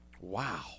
Wow